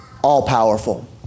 all-powerful